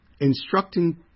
Instructing